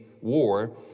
war